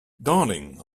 darling